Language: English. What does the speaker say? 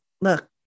look